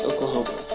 Oklahoma